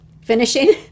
finishing